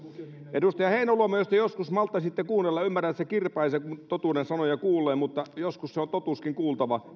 edustaja heinäluoma jos te joskus malttaisitte kuunnella ymmärrän että se kirpaisee kun totuuden sanoja kuulee mutta joskus se on totuuskin kuultava